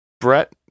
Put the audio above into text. Brett